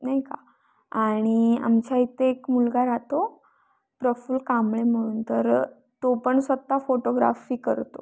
नाही का आणि आमच्या इथे एक मुलगा राहतो प्रफुल्ल कामळे म्हणून तर तो पण स्वत फोटोग्राफी करतो